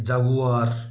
jaguar